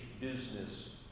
business